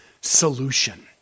solution